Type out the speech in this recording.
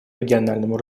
региональному